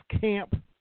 Camp